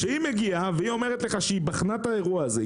כשהיא מגיעה ואומרת לך שהיא בחנה את האירוע הזה,